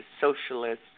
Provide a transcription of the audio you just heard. socialist